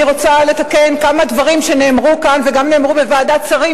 אני רוצה לתקן כמה דברים שנאמרו כאן וגם נאמרו בוועדת שרים,